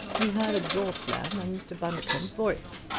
we heard a door slam and mr. bundercombe's voice.